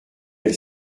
elle